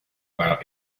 out